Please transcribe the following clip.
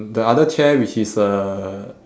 the other chair which is a